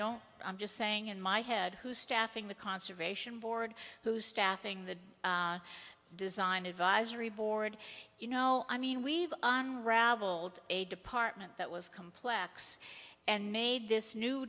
don't i'm just saying in my head who's staffing the conservation board who's staffing the design advisory board you know i mean we've on ravelled a department that was complex and made this new